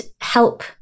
help